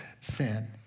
sin